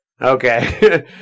Okay